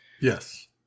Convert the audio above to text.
Yes